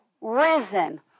Risen